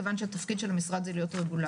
מכיוון שהתפקיד של המשרד הוא להיות רגולטור.